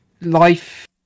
life